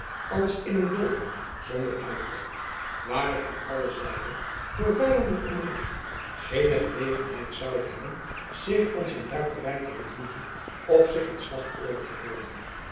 als in een doolhof zonder uittocht waar het van alle zijden door vijanden omringd geene gelegenheid zou hebben zich van zijn ruiterij te bedienen of zich in slagorde te vormen